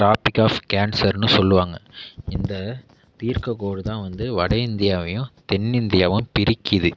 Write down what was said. traffic of கேன்சர்னு சொல்லுவாங்க இந்த தீர்க்க கோடு தான் வந்து வடஇந்தியாவையும் தென் இந்தியாவும் பிரிக்குது